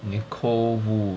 nicole wu